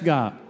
God